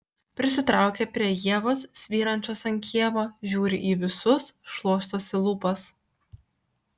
prisitraukia prie ievos svyrančios ant kiemo žiūri į visus šluostosi lūpas